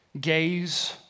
Gaze